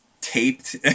taped